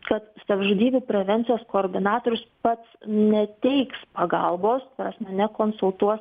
kad savižudybių prevencijos koordinatorius pats neteiks pagalbos nekonsultuos neteiksiu ne tik psichologinių